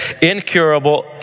incurable